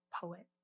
poet